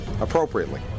appropriately